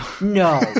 No